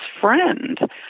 friend